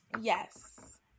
Yes